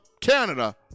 Canada